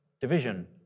division